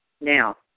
Now